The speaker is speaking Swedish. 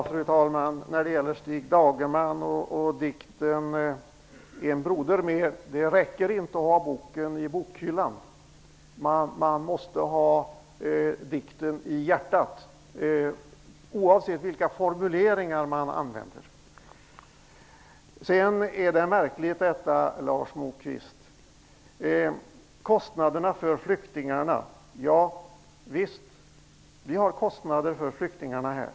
Fru talman! Det räcker inte att ha Stig Dagermans bok med dikten En broder mer i bokhyllan, utan man måste ha dikten i hjärtat, oavsett vilka formuleringar man använder. Det som Lars Moquist säger om kostnaderna för flyktingarna är märkligt. Ja, vi har kostnader för flyktingarna här.